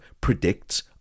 predicts